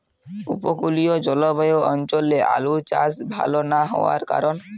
উপকূলীয় জলবায়ু অঞ্চলে আলুর চাষ ভাল না হওয়ার কারণ?